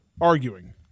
arguing